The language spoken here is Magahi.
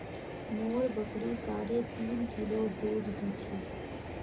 मोर बकरी साढ़े तीन किलो दूध दी छेक